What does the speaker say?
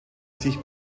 sich